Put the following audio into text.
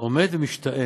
עומד ומשתאה,